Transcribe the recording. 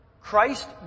Christ